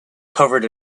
covered